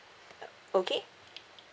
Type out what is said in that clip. uh okay